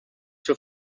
zur